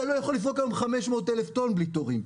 אתה לא יכול לפרוק היום 500,000 טון בלי תורים.